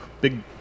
big